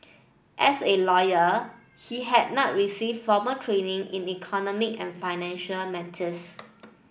as a lawyer he had not received formal training in economic and financial matters